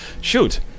Shoot